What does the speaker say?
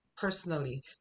personally